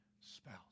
spouse